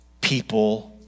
people